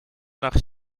nach